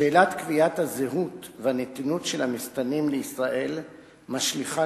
שאלת קביעת הזהות והנתינות של המסתננים לישראל משליכה